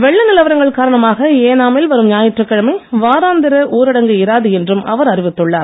வெள்ள நிலவரங்கள் காரணமாக ஏனாமில் வரும் ஞாயிற்றுக்கிழமை வாராந்திர ஊரடங்கு இராது என்றும் அவர் அறிவித்துள்ளார்